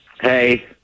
Hey